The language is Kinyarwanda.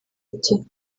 ati